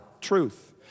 truth